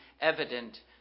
evident